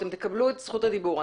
אתם תקבלו את זכות הדיבור,